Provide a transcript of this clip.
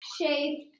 shape